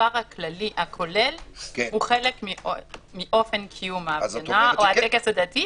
המספר הכולל הוא חלק מאופן קיום ההפגנה או הטקס הדתי.